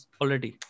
already